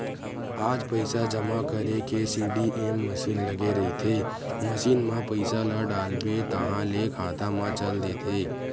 आज पइसा जमा करे के सीडीएम मसीन लगे रहिथे, मसीन म पइसा ल डालबे ताहाँले खाता म चल देथे